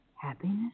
Happiness